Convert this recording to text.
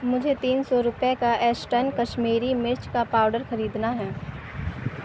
مجھے تین سو روپے کا ایشٹرن کشمیری مرچ کا پاؤڈر خریدنا ہے